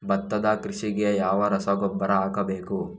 ಭತ್ತದ ಕೃಷಿಗೆ ಯಾವ ರಸಗೊಬ್ಬರ ಹಾಕಬೇಕು?